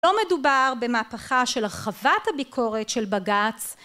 לא מדובר במהפכה של הרחבת הביקורת של בג״ץ